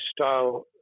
style